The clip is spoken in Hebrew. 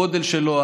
הגודל שלו,